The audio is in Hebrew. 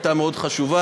הייתה מאוד חשובה.